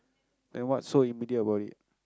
then what's so immediate about it